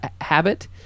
habit